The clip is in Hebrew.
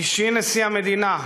אישי נשיא המדינה,